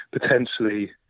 potentially